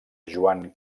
joan